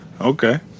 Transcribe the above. okay